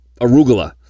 arugula